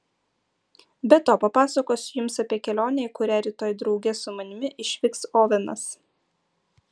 be to papasakosiu jums apie kelionę į kurią rytoj drauge su manimi išvyks ovenas